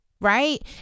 Right